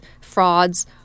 frauds